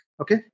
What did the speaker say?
Okay